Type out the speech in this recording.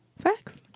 Facts